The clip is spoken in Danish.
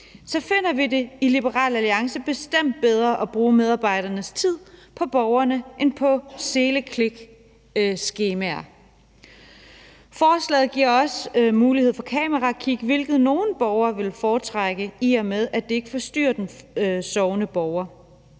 Vi finder det i Liberal Alliance bestemt bedre, at medarbejdernes tid bruges på borgerne end på seleklikskemaer. Forslaget giver også mulighed for kamerakig, hvilket nogle borgere vil foretrække, i og med at det ikke forstyrrer en sovende borger.